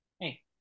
hey